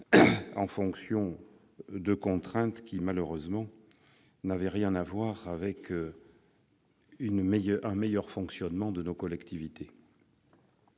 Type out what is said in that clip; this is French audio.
en fonction de contraintes qui, malheureusement, n'avaient rien à voir avec un meilleur fonctionnement des collectivités.